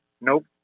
Nope